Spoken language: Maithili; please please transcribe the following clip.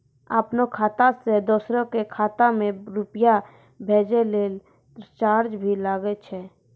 आपनों खाता सें दोसरो के खाता मे रुपैया भेजै लेल चार्ज भी लागै छै?